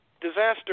disaster